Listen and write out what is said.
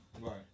Right